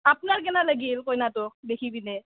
আপনাৰ কেনে লাগিল কইনাটোক দেখি পেলাই